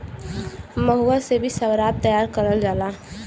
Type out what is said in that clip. महुआ से भी सराब तैयार करल जाला